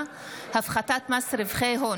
חקיקה להשגת יעדי התקציב לשנת התקציב 2024),